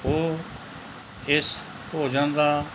ਉਹ ਇਸ ਭੋਜਨ ਦਾ